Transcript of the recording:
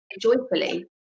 joyfully